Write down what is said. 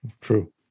True